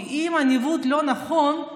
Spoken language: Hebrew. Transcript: כי אם הניווט לא נכון,